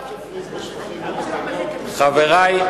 חברי,